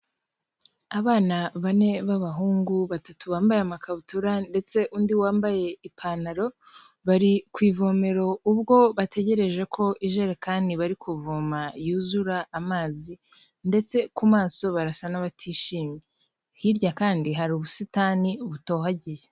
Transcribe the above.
Abana bane b'abahungu, batatu bambaye amakabutura ndetse undi wambaye ipantaro, bari ku ivomero, ubwo bategereje ko ijerekani bari kuvoma yuzura amazi ndetse ku maso barasa n'abatishimye, hirya kandi hari ubusitani butohagiye.